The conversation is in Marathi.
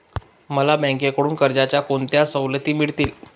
मला बँकेकडून कर्जाच्या कोणत्या सवलती मिळतील?